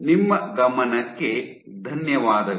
ನಿಮ್ಮ ಗಮನಕ್ಕೆ ಧನ್ಯವಾದಗಳು